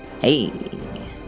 Hey